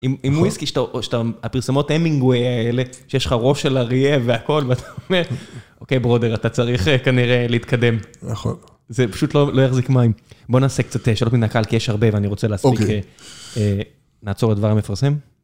עם וויסקי, שהפרסמות המינגווי האלה, שיש לך ראש של אריה והכול, ואתה אומר, אוקיי, ברודר, אתה צריך כנראה להתקדם. נכון. זה פשוט לא יחזיק מים. בוא נעשה קצת שאלות מהקל, כי יש הרבה, ואני רוצה להספיק... נעצור את הדבר המפרסם.